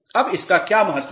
अब इसका क्या महत्व है